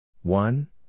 One